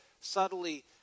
subtly